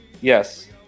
Yes